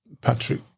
Patrick